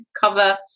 cover